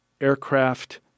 aircraft